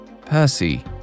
Percy